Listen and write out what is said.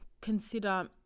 consider